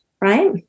right